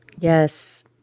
Yes